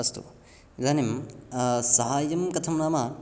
अस्तु इदानीं साहाय्यं कथं नाम